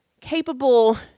capable